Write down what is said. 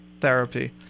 therapy